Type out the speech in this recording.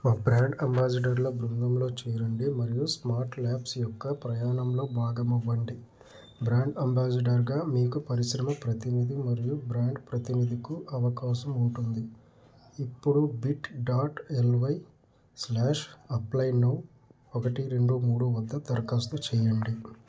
మా బ్రాండ్ అంబాసిడర్ల బృందంలో చేరండి మరియు స్మార్ట్ ల్యాబ్స్ యొక్క ప్రయాణంలో భాగం అవ్వండి బ్రాండ్ అంబాసిడర్గా మీకు పరిశ్రమ ప్రతినిధి మరియు బ్రాండ్ ప్రతినిధికు అవకాశం ఉంటుంది ఇప్పుడు bit dot LY slash apply now ఒకటి రెండు మూడు వద్ద దరఖాస్తు చెయ్యండి